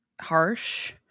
harsh